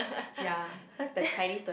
ya